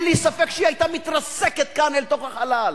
אין לי ספק שהיא היתה מתרסקת כאן אל תוך החלל.